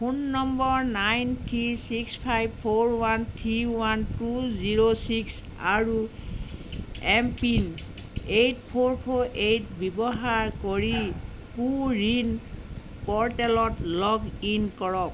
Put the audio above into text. phone number nine three six five four one three one two zero six আৰু MPIN eight four four eight ব্যৱহাৰ কৰি কুৰিন প'ৰ্টেলত log in কৰক